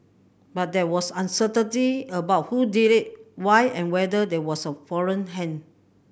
but there was uncertainty about who did it why and whether there was a foreign hand